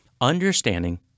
Understanding